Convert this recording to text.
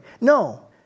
No